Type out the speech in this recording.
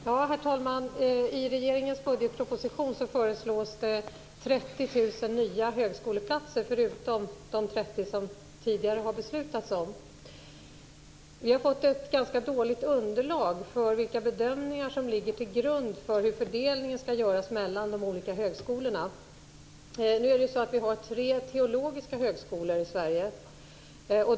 Herr talman! I regeringens budgetproposition föreslås 30 000 nya högskoleplatser, förutom de 30 000 som tidigare har beslutats om. Vi har fått ett ganska dåligt underlag för vilka bedömningar som ligger till grund för hur fördelningen skall göras mellan de olika högskolorna. Vi har tre teologiska högskolor i Sverige.